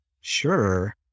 Sure